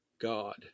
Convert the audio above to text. God